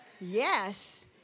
Yes